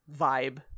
vibe